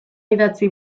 idatzi